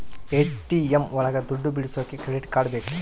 ATM ಒಳಗ ದುಡ್ಡು ಬಿಡಿಸೋಕೆ ಕ್ರೆಡಿಟ್ ಕಾರ್ಡ್ ಬೇಕು